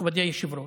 מכובדי היושב-ראש,